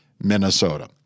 Minnesota